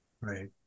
Right